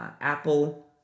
Apple